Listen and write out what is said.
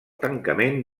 tancament